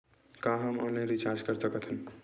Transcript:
का हम online recharge कर सकत हन?